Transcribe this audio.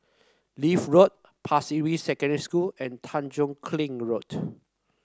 Leith Road Pasir Ris Secondary School and Tanjong Kling Road